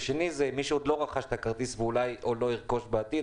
ושני זה מי שעוד לא רכש את הכרטיס ואולי לא ירכוש בעתיד,